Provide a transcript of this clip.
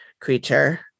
creature